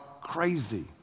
crazy